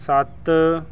ਸੱਤ